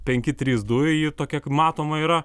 penki trys du ji tokia matoma yra